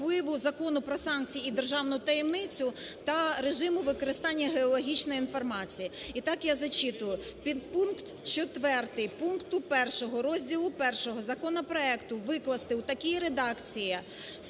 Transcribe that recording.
викласти у такій редакції.